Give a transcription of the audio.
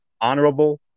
honorable